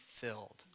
filled